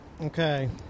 Okay